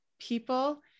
people